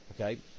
okay